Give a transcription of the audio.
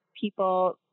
people